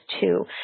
two